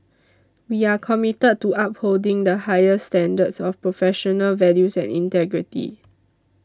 we are committed to upholding the highest standards of professional values and integrity